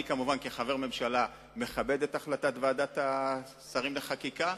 כחבר הממשלה אני כמובן מכבד את החלטת ועדת השרים לחקיקה.